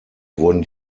wurden